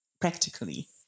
practically